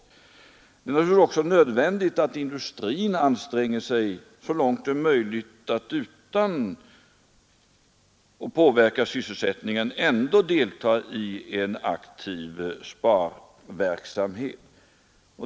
Nu är det väl också nödvändigt att industrin anstränger sig — så långt det är möjligt utan att sysselsättningen påverkas — och också deltar i en aktiv sparverksamhet.